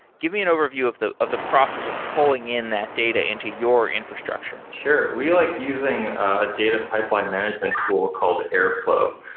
give me an overview of the of the process of pulling in that data into your infrastructure sure. we like using a data pipeline management tool called airflow,